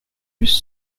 luce